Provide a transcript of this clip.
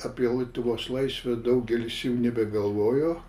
apie lietuvos laisvę daugelis jau nebegalvojo